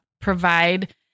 provide